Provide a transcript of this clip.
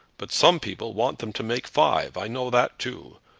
but some people want them to make five. i know that too.